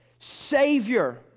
Savior